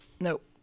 Nope